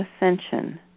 ascension